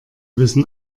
wissen